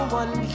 one